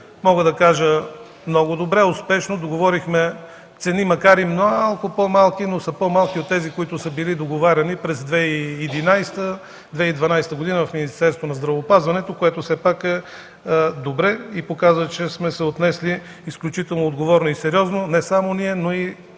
Мога да кажа много добре, успешно договорихме цени, макар и малко по-малки, но са по-малки от тези, които са били договаряни през 2011-2012 г. в Министерството на здравеопазването, което все пак е добре и показва, че сме се отнесли изключително отговорно и сериозно не само ние, но и